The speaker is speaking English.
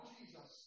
Jesus